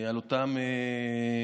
על אותן הדבקות.